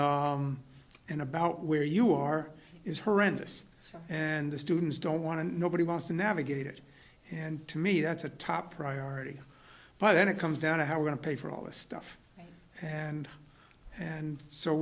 in about where you are is horrendous and the students don't want to nobody wants to navigate it and to me that's a top priority but then it comes down to how to pay for all this stuff and and so